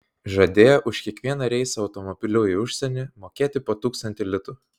žadėjo už kiekvieną reisą automobiliu į užsienį mokėti po tūkstantį litų